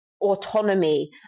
autonomy